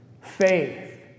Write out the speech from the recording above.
faith